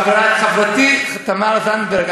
חברתי תמר זנדברג,